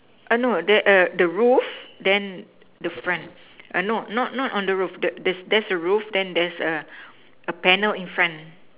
oh no there the roof then the front oh no not not on the roof there's a roof and then a panel in front